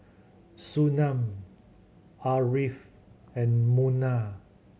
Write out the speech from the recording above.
Surinam Ariff and Munah